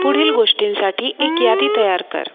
पुढील गोष्टींसाठी एक यादी तयार कर